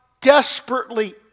desperately